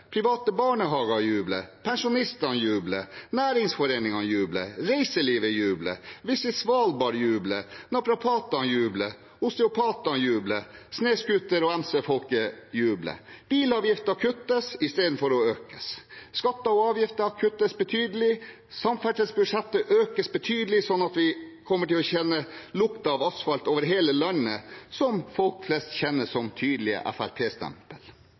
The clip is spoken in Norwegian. Private barnehager jubler. Pensjonistene jubler. Næringsforeningene jubler. Reiselivet jubler. Visit Svalbard jubler. Naprapatene jubler. Osteopatene jubler. Snøscooter- og MC-folket jubler. Bilavgifter kuttes istedenfor å økes. Skatter og avgifter kuttes betydelig. Samferdselsbudsjettet økes betydelig, slik at vi kommer til å kjenne lukten av asfalt over hele landet, noe folk flest kjenner som